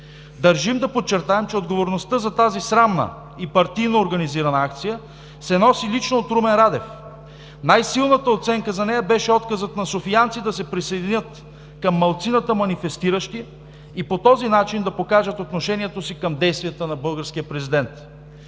Държим да подчертаем, че отговорността за тази срамна и партийно организирана акция се носи лично от Румен Радев. Най-силната оценка за нея беше отказът на софиянци да се присъединят към малцината манифестиращи и по този начин да покажат отношението си към действията на българския президент.